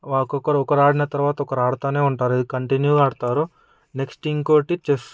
ఒక్కొక్కరు ఒక్కరు ఆడిన తర్వాత ఒకరు ఆడుతునే ఉంటారు కంటిన్యూ ఆడుతారు నెక్స్ట్ ఇంకోటి చెస్